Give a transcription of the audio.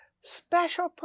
Special